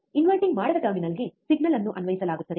inverting ಮಾಡದ ಟರ್ಮಿನಲ್ಗೆ signal ಅನ್ನು ಅನ್ವಯಿಸಲಾಗುತ್ತದೆ